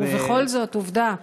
ובכל זאת, עובדה.